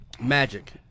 Magic